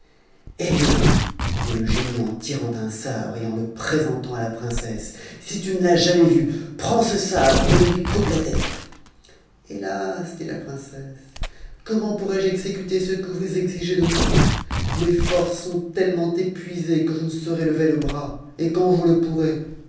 eh bien dit le génie en tirant un sabre et le présentant à la princesse si tu ne l'as jamais vu prends ce sabre et lui coupe la tête hélas dit la princesse comment pourrais-je exécuter ce que vous exigez de moi mes forces sont tellement épuisées que je ne saurais lever le bras et quand je le pourrais